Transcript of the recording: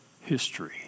history